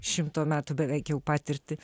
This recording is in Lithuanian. šimto metų beveik jau patirtį